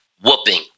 whooping